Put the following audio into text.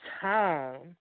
time